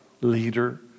leader